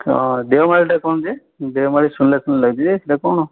ହଁ ଦେଓମାଳୀଟା କ'ଣ ଯେ ଦେଓମାଳୀ ଶୁଣିଲା ଶୁଣିଲା ଲାଗୁଛି ଯେ ସେଇଟା କ'ଣ